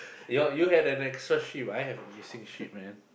your you had an extra ship I have a missing ship man